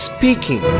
Speaking